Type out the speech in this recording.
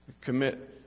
commit